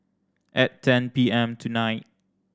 at ten P M tonight